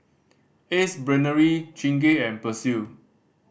Ace Brainery Chingay and Persil